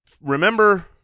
remember